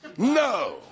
No